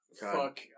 Fuck